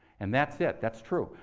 and that's it. that's true.